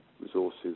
resources